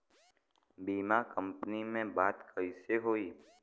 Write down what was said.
बीमा कंपनी में बात कइसे होई?